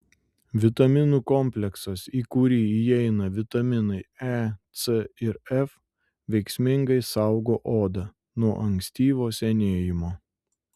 vitaminų kompleksas į kurį įeina vitaminai e c ir f veiksmingai saugo odą nuo ankstyvo senėjimo